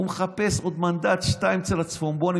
הוא מחפש עוד מנדט-שניים אצל הצפונבונים,